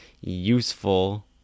useful